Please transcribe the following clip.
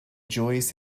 joyous